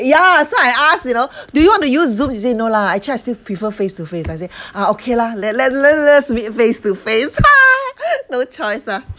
ya so I ask you know do you want to use zoom he say no lah actually I still prefer face to face I say ah okay lah let let let let's meet face to face no choice ah